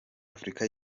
afurika